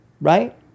right